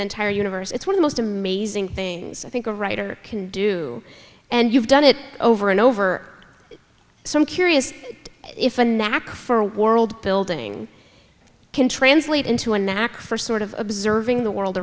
an entire universe it's one of most amazing things i think a writer can do and you've done it over and over so i'm curious if a knack for worldbuilding can translate into a knack for sort of observing the world